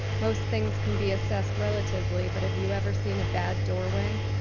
most things can be assessed relatively, but have you ever seen a bad doorway?